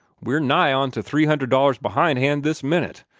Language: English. we're nigh onto three hundred dollars behind-hand this minute.